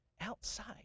outside